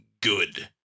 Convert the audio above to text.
good